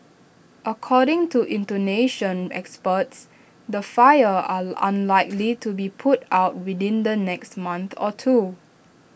according to Indonesian experts the fires are unlikely to be put out within the next month or two